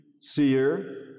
Seer